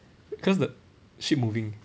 cause the ship moving